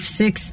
six